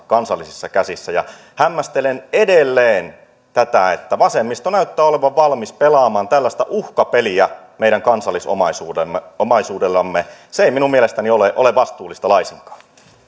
kansallisissa käsissä ja hämmästelen edelleen tätä että vasemmisto näyttää olevan valmis pelaamaan tällaista uhkapeliä meidän kansallisomaisuudellamme se ei minun mielestäni ole ole vastuullista laisinkaan